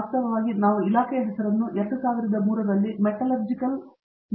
ವಾಸ್ತವವಾಗಿ ನಾವು ಇಲಾಖೆಯ ಹೆಸರನ್ನು 2003 ರಲ್ಲಿ ಮೆಟಾಲರ್ಜಿಕಲ್ ಮೆಟೀರಿಯಲ್ಸ್ ಇಂಜಿನಿಯರಿಂಗ್ ವಿಭಾಗಕ್ಕೆ ಬದಲಿಸಿದ್ದೇವೆ